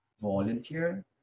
volunteer